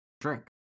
drink